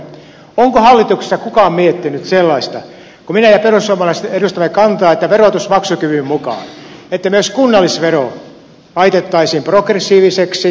onko hallituksessa kukaan miettinyt sellaista kun minä ja perussuomalaiset edustamme kantaa että verotus maksukyvyn mukaan että myös kunnallisvero laitettaisiin progressiiviseksi